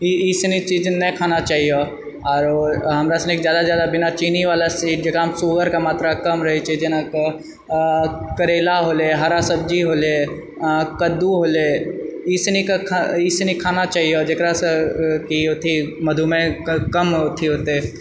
ई इसनी चीज नहि खाना चाहीओ आओरो हमरा सभकेँ जादा जादा बिना चीनीबला चीज जकरामे शुगरके मात्रा कम रहैत छै जेना करेला होलय हरा सब्जी होलय कद्दू होलय इसनी खाना चाही जकरासँ कि अथी मधुमेह कम अथी होतय